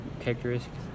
characteristics